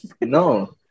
No